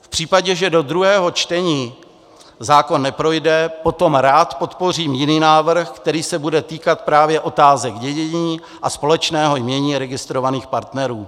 V případě, že do druhého čtení zákon neprojde, potom rád podpořím jiný návrh, který se bude týkat právě otázek dědění a společného jmění registrovaných partnerů.